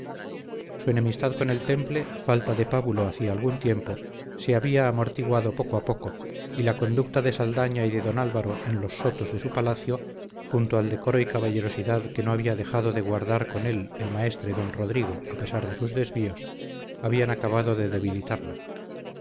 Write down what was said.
su enemistad con el temple falta de pábulo hacía algún tiempo se había amortiguado poco a poco y la conducta de saldaña y de don álvaro en los sotos de su palacio junto con el decoro y caballerosidad que no había dejado de guardar con él el maestre don rodrigo a pesar de sus desvíos habían acabado de debilitarla